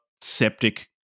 septic